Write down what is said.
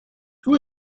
who